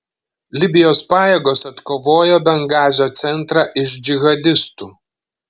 libijos pajėgos atkovojo bengazio centrą iš džihadistų